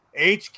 hq